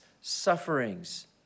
sufferings